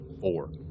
Four